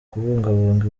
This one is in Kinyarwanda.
kubungabunga